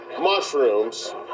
mushrooms